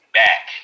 back